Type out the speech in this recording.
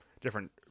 different